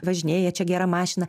važinėja čia gera mašina